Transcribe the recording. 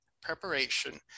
preparation